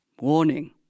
Warning